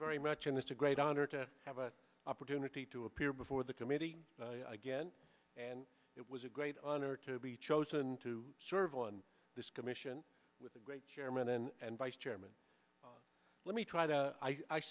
very much in this great honor to have an opportunity to appear before the committee again and it was a great honor to be chosen to serve on this commission with a great chairman and vice chairman let me try to i